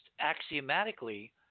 axiomatically